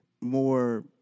more